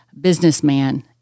businessman